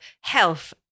health